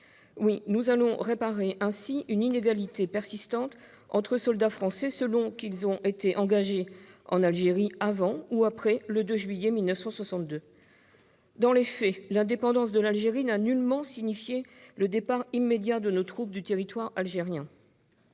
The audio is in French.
Oui, nous allons réparer une inégalité persistante entre soldats français, selon qu'ils ont été engagés en Algérie avant ou après le 2 juillet 1962 ! Dans les faits, l'indépendance de l'Algérie n'a nullement signifié le départ immédiat de nos troupes du territoire algérien.